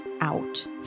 out